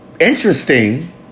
interesting